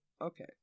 Okay